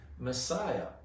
Messiah